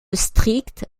strict